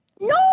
No